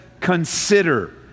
consider